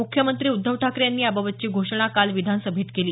मुख्यमंत्री उद्धव ठाकरे यांनी याबाबतची घोषणा काल विधानसभेत केली